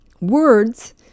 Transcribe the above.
Words